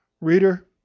Reader